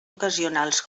ocasionals